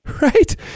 right